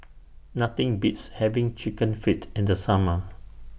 Nothing Beats having Chicken Feet in The Summer